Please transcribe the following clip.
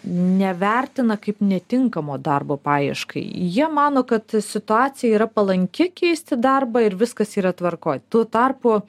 nevertina kaip netinkamo darbo paieškai jie mano kad situacija yra palanki keisti darbą ir viskas yra tvarkoj tuo tarpu